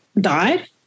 died